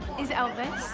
is elvis